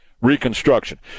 Reconstruction